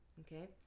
okay